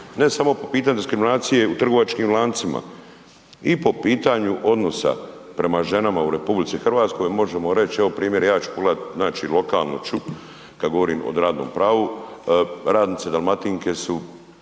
ne samo po pitanju diskriminacije u trgovačkim lancima i po pitanju odnosa prema ženama u RH možemo reć, evo primjer, ja ću pogledat, znači lokalno ću kad govorim o radnom pravu, radnice Dalmatinke su